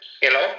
hello